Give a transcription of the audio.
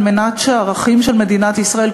על מנת שהערכים של מדינת ישראל,